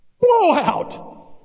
Blowout